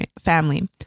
family